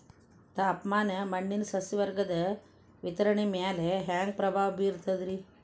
ತಾಪಮಾನ ಮಣ್ಣಿನ ಸಸ್ಯವರ್ಗದ ವಿತರಣೆಯ ಮ್ಯಾಲ ಹ್ಯಾಂಗ ಪ್ರಭಾವ ಬೇರ್ತದ್ರಿ?